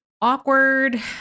awkward